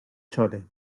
chole